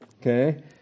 Okay